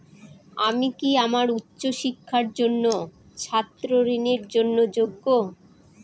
আমি কি আমার উচ্চ শিক্ষার জন্য ছাত্র ঋণের জন্য যোগ্য?